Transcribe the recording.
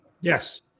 Yes